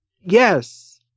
Yes